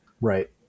Right